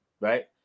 right